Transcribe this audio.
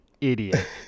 idiot